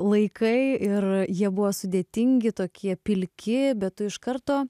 laikai ir jie buvo sudėtingi tokie pilki bet iš karto